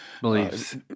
Beliefs